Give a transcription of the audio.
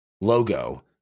logo